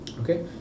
okay